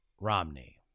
Romney